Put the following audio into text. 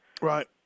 Right